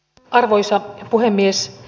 arvoisa puhemies